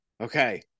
okay